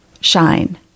Shine